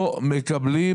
לא מקבלים.